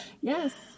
Yes